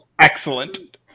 Excellent